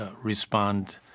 respond